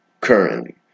currently